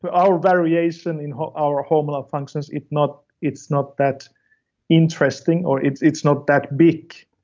but our variation in our hormonal functions, it's not it's not that interesting or it's it's not that big,